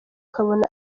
ukabona